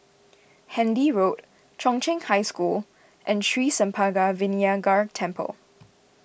Handy Road Chung Cheng High School and Sri Senpaga Vinayagar Temple